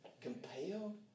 Compelled